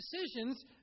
decisions